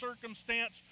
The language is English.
circumstance